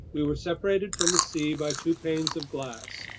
we were separated from the sea by two panes of glass.